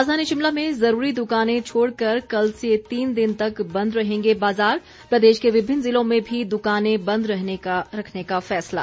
राजधानी शिमला में जरूरी द्वकानें छोड़ कर कल से तीन दिन तक बंद रहेंगे बाजार प्रदेश के विभिन्न जिलों में भी दुकानें बंद रखने का फैसला